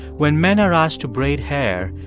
when men are asked to braid hair,